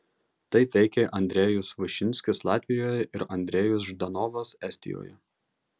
taip veikė andrejus višinskis latvijoje ir andrejus ždanovas estijoje